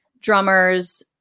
drummers